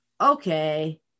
okay